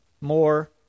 more